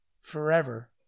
forever